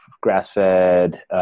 grass-fed